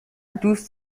دوست